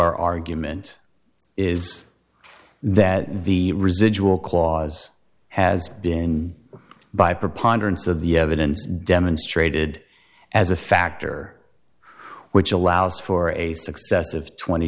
our argument is that the residual clause has been by preponderance of the evidence demonstrated as a factor which allows for a success of twenty